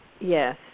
Yes